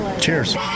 cheers